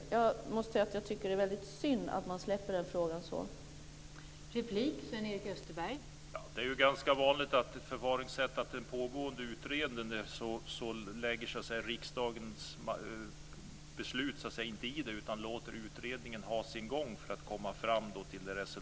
Jag måste säga att det är väldigt synd att man släpper frågan på det sättet.